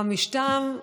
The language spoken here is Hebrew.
חמישתם,